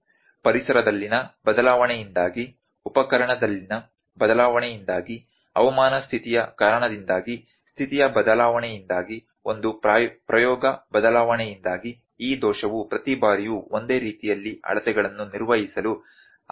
ಪರಿಸರದಲ್ಲಿನ ಬದಲಾವಣೆಯಿಂದಾಗಿ ಉಪಕರಣದಲ್ಲಿನ ಬದಲಾವಣೆಯಿಂದಾಗಿ ಹವಾಮಾನ ಸ್ಥಿತಿಯ ಕಾರಣದಿಂದಾಗಿ ಸ್ಥಿತಿಯ ಬದಲಾವಣೆಯಿಂದಾಗಿ ಒಂದು ಪ್ರಯೋಗ ಬದಲಾವಣೆಯಿಂದಾಗಿ ಈ ದೋಷವು ಪ್ರತಿ ಬಾರಿಯೂ ಒಂದೇ ರೀತಿಯಲ್ಲಿ ಅಳತೆಗಳನ್ನು ನಿರ್ವಹಿಸಲು ಅಸಮರ್ಥತೆಯಿಂದಾಗಿರಬಹುದು